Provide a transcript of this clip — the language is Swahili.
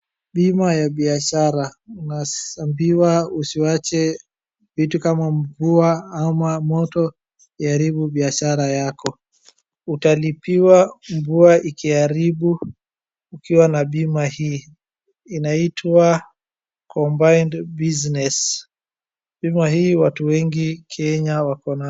Bima ya biashara, unaambiwa usiwache vitu kama mvua ama moto iharibu biashara yako. Utalipiwa mvua ikiharibu ukiwa na bima hii, inaitwa combined business . Bima hii watu wengi Kenya wako nayo.